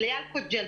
בלי אלקוג'ל,